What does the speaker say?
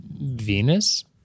Venus